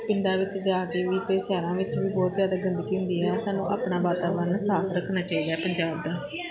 ਪਿੰਡਾਂ ਵਿੱਚ ਜਾ ਕੇ ਵੀ ਅਤੇ ਸ਼ਹਿਰਾਂ ਵਿੱਚ ਵੀ ਬਹੁਤ ਜ਼ਿਆਦਾ ਗੰਦਗੀ ਹੁੰਦੀ ਹੈ ਔਰ ਸਾਨੂੰ ਆਪਣਾ ਵਾਤਾਵਰਨ ਸਾਫ ਰੱਖਣਾ ਚਾਹੀਦਾ ਪੰਜਾਬ ਦਾ